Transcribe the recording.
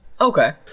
okay